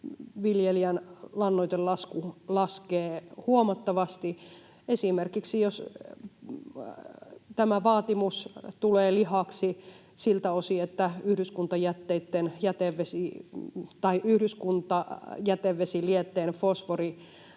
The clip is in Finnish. viljelijän lannoitelasku laskee huomattavasti. Esimerkiksi jos tämä vaatimus tulee lihaksi siltä osin, että yhdyskuntajätevesilietteen fosfori